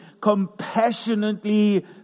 compassionately